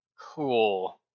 cool